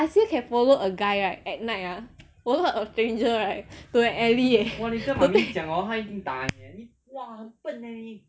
I still can follow a guy right at night ah follow a stranger right to a alley eh to take